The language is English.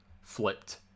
flipped